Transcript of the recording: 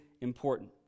important